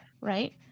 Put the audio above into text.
right